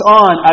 on